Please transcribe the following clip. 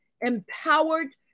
empowered